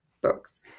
books